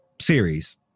series